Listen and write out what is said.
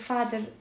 Father